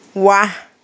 ৱাহ